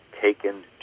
taken